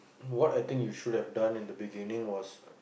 what I think you should have done in the beginning was